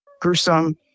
gruesome